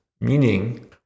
Meaning